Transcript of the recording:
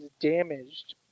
damaged